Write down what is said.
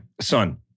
Son